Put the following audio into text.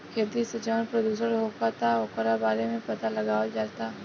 खेती से जवन प्रदूषण होखता ओकरो बारे में पाता लगावल जाता